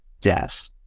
death